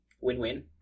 win-win